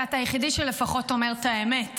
כי אתה היחידי שלפחות אומר את האמת.